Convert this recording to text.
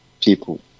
people